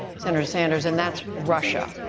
senator sanders, and that's russia.